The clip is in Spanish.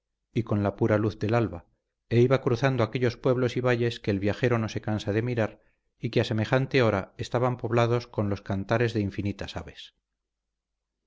y con la pura luz del alba e iba cruzando aquellos pueblos y valles que el viajero no se cansa de mirar y que a semejante hora estaban poblados con los cantares de infinitas aves